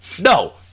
No